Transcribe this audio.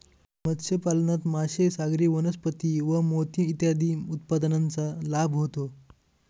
मत्स्यपालनात मासे, सागरी वनस्पती व मोती इत्यादी उत्पादनांचा लाभ होतो